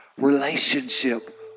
relationship